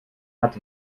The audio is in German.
hat